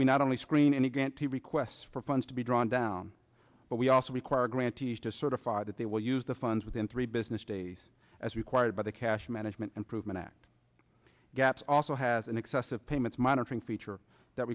we not only screen any grant to requests for funds to be drawn down but we also require grantees to certify that they will use the funds within three business days as required by the cash management and proven act gaps also has an excessive payments monitoring feature that